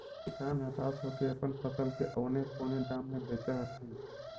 किसान हताश होके अपन फसल के औने पोने दाम में बेचऽ हथिन